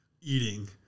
eating